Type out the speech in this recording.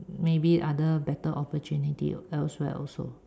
maybe other better opportunity elsewhere also